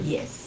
Yes